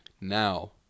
Now